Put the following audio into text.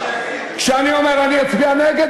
כשאני אומר שאני אצביע נגד,